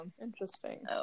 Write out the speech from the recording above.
Interesting